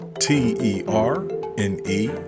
T-E-R-N-E